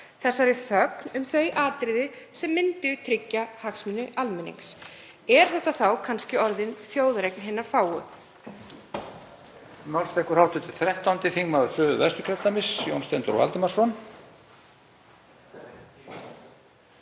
þessari þögn um þau atriði sem myndu tryggja hagsmuni almennings. Er þetta þá kannski orðin þjóðareign hinna fáu?